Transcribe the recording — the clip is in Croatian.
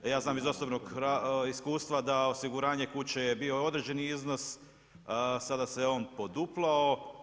A ja znam iz osobnog iskustva da osiguranje kuće je bio i određeni iznos, sada se on poduplao.